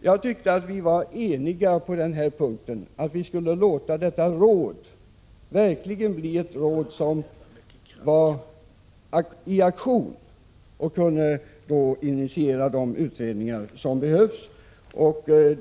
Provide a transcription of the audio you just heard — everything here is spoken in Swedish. Jag tyckte att vi var eniga på den punkten, att vi skulle låta AN-rådet bli ett råd som verkligen trädde i aktion och som kunde initiera de utredningar som behövs.